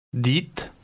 Dites